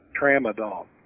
tramadol